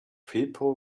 people